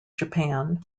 japan